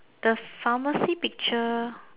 the pharmacy picture